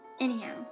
Anyhow